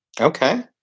Okay